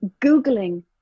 Googling